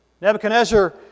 Nebuchadnezzar